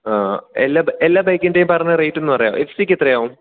എല്ലാ എല്ലാ ബൈക്കിൻറ്റെം പറഞ്ഞ റേറ്റ് ഒന്ന് പറയാവോ എഫ് സിക്ക് എത്രയാകും